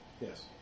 Yes